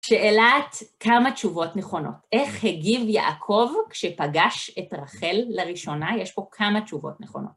שאלת כמה תשובות נכונות, איך הגיב יעקב כשפגש את רחל לראשונה? יש פה כמה תשובות נכונות.